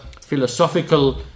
philosophical